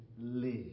live